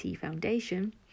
foundation